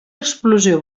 explosió